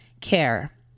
Care